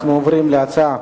אנחנו עוברים להצעה